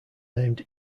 named